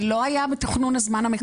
זה לא היה בתכנון הזמן המקורי.